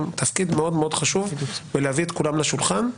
תפקיד מאוד מאוד חשוב להביא את כולם לשולחן,